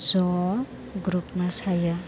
ज' ग्रुप मोसायो